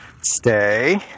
Stay